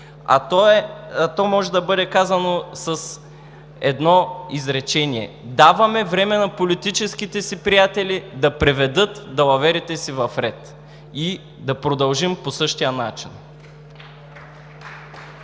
а то може да бъде казано с едно изречение: „Даваме време на политическите си приятели да приведат далаверите си в ред и да продължим по същия начин“.